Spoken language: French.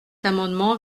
amendement